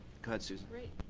ahead susan. great.